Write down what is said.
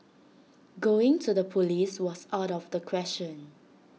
going to the Police was out of the question